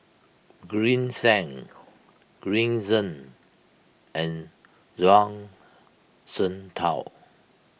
Green Zeng Green Zeng and Zhuang Shengtao